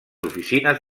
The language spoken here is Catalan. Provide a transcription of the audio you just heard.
oficines